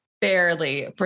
barely